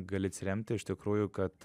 gali atsiremti iš tikrųjų kad